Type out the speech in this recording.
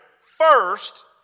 first